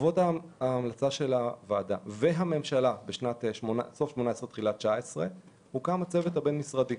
בעקבות המלצת הממשלה והוועדה בתחילת שנת 2019 הוקם צוות בין-משרדי.